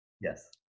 Yes